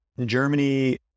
Germany